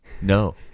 No